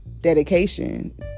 dedication